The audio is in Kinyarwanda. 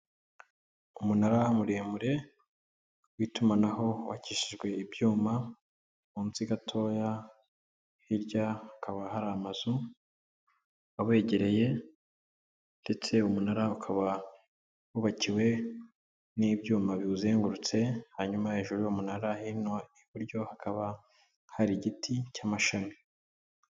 Umunara muremure w'itumanaho wakishijwe ibyuma, munsi gatoya hirya hakaba hari amazu abegereye ndetse umunara ukaba wubakiwe n'ibyuma biwuzengurutse. Hanyuma hejuru y'umunara hino iburyo hakaba hari igiti cy'amashami.